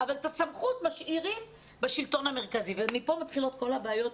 אבל את הסמכות משאירים בשלטון המרכזי ומפה מתחילות כל הבעיות,